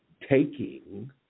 taking